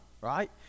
right